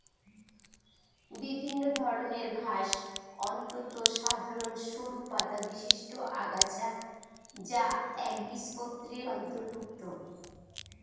বিভিন্ন ধরনের ঘাস অত্যন্ত সাধারন সরু পাতাবিশিষ্ট আগাছা যা একবীজপত্রীর অন্তর্ভুক্ত